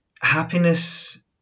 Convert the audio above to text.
Happiness